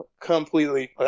Completely